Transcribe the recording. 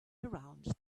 around